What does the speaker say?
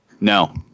No